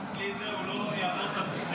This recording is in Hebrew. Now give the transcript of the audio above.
בלי זה הוא לא יעבור את הפגישה.